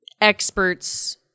experts